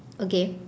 okay